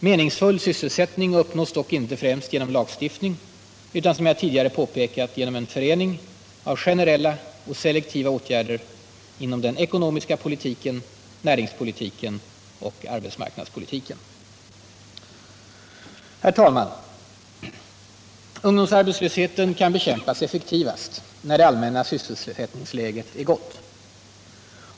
Meningsfull sysselsättning uppnås dock inte främst genom lagstiftning, utan som jag tidigare påpekat genom en förening av generella och selektiva åtgärder inom den ekonomiska politiken, näringspolitiken och arbetsmarknadspolitiken. Herr talman! Ungdomsarbetslösheten kan bekämpas effektivast när det allmänna sysselsättningsläget är gott.